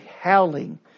howling